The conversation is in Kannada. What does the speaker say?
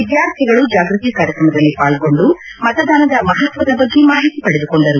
ವಿದ್ಯಾರ್ಥಿಗಳು ಜಾಗೃತಿ ಕಾರ್ಯಕ್ರಮದಲ್ಲಿ ಪಾಲ್ಗೊಂಡು ಮತದಾನದ ಮಹತ್ವದ ಬಗ್ಗೆ ಮಾಹಿತಿ ಪಡೆದುಕೊಂಡರು